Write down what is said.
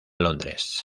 londres